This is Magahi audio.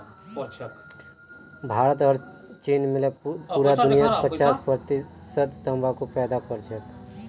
भारत और चीन मिले पूरा दुनियार पचास प्रतिशत तंबाकू पैदा करछेक